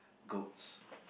goats